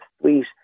sweet